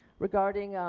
regarding